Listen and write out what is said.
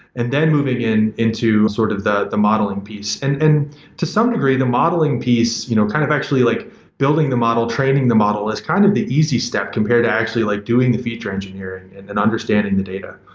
and then moving in into sort of the the modeling piece. and and to some degree, the modeling piece you know kind of actually like building the model, training the model is kind of the easy step compared to actually like doing a feature engineer and and and understanding the data.